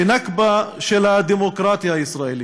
ונכבה של הדמוקרטיה הישראלית.